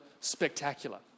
spectacular